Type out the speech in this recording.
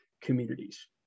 communities